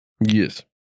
Yes